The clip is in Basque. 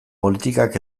politikak